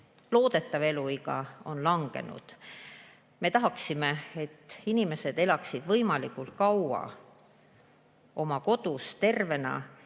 loodetav eluiga on langenud. Me tahaksime, et inimesed elaksid võimalikult kaua oma kodus tervena